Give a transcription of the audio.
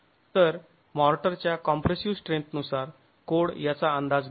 तर माॅर्टरच्या compressive strength नुसार कोड याचा अंदाज घेत आहे